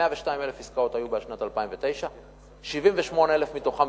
102,000 עסקאות היו בשנת 2009. 78,000 מתוכן,